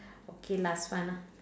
okay last one ah